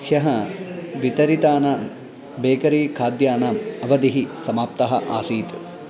ह्यः वितरितानां बेकरी खाद्यानाम् अवधिः समाप्ता आसीत्